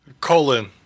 colon